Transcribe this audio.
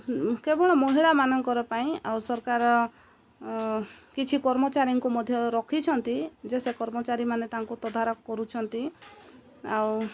କେବଳ ମହିଳାମାନଙ୍କର ପାଇଁ ଆଉ ସରକାର କିଛି କର୍ମଚାରୀଙ୍କୁ ମଧ୍ୟ ରଖିଛନ୍ତି ଯେ ସେ କର୍ମଚାରୀମାନେ ତାଙ୍କୁ ତଦାରଖ କରୁଛନ୍ତି ଆଉ